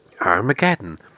Armageddon